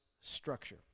structure